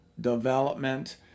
development